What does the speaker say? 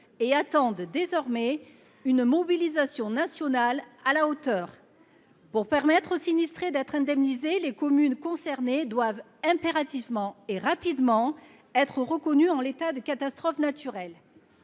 ils attendent désormais une mobilisation nationale qui soit à la hauteur. Pour que les sinistrés puissent être indemnisés, les communes concernées doivent impérativement, et rapidement, être reconnues en état de catastrophe naturelle.